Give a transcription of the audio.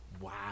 Wow